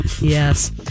Yes